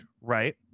right